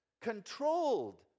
controlled